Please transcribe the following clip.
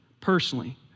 personally